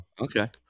Okay